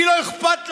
כי לא אכפת לכם.